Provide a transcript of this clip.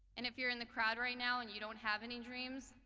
and if you're in the crowd right now and you don't have any dreams,